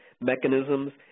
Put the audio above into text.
mechanisms